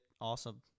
Awesome